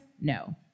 no